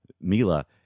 mila